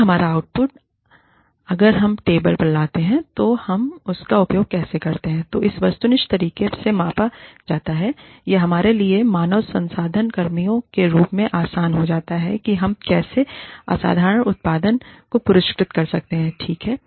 अगर हमारा आउटपुट अगर हम टेबल पर लाते हैं तो हम उसका उपयोग कैसे करते हैं तो इसे वस्तुनिष्ठ तरीके से मापा जाता है यह हमारे लिए मानव संसाधन कर्मियों के रूप में आसान हो जाता है कि हम कैसे असाधारण उत्पादन को पुरस्कृत कर सकते हैं ठीक है